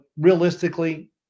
realistically